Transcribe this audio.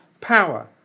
power